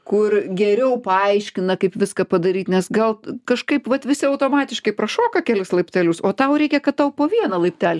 kur geriau paaiškina kaip viską padaryt nes gal kažkaip vat visi automatiškai prašoka kelis laiptelius o tau reikia kad tau po vieną laiptelį